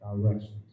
directions